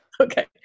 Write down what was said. okay